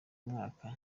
mwaka